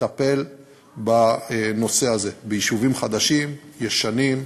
לטפל בנושא הזה ביישובים חדשים וישנים,